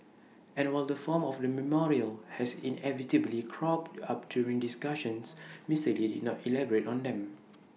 and while the form of the memorial has inevitably cropped up during discussions Mister lee did not elaborate on them